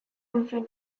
nintzen